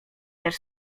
też